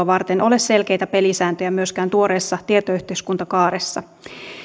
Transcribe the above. varten ole selkeitä pelisääntöjä myöskään tuoreessa tietoyhteiskuntakaaressa